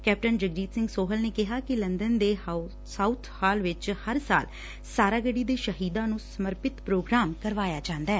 captain Jagjit Singh Sohal ਨੇ ਕਿਹਾ ਕਿ ਲੰਡਨ ਦੇ ਸਾਉਥਹਾਲ ਵਿਚ ਹਰ ਸਾਲ ਸਾਰਾਗੜੀ ਦੇ ਸ਼ਹੀਦਾਂ ਨੂੰ ਸਮਰਪਿਤ ਪ੍ਰੋਗਰਾਮ ਕਰਵਾਇਆ ਜਾਂਦੈ